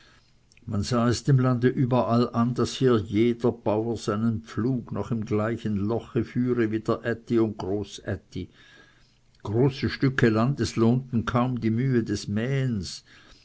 man sah es dem lande überall an daß hier jeder bauer seinen pflug noch im gleichen loche führe wie der ätti und großätti große stücke landes lohnten kaum die mühe des mähens